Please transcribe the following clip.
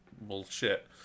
Bullshit